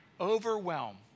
overwhelm